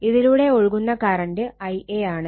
ഇതിലൂടെ ഒഴുകുന്ന current Ia ആണ്